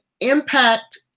impact